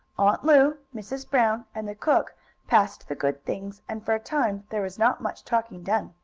aunt lu, mrs. brown and the cook passed the good things, and, for a time, there was not much talking done.